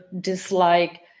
dislike